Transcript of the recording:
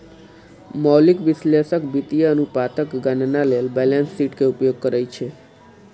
मौलिक विश्लेषक वित्तीय अनुपातक गणना लेल बैलेंस शीट के उपयोग करै छै